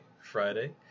Friday